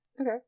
Okay